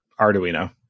Arduino